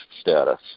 status